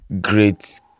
great